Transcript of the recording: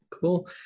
cool